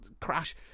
crash